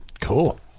Cool